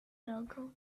drogą